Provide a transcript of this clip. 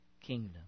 kingdom